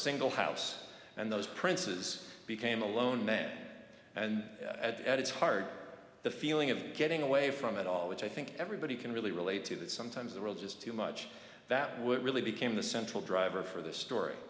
single house and those princes became alone then and at its heart the feeling of getting away from it all which i think everybody can really relate to that sometimes the world is too much that would really became the central driver for the story